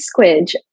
Squidge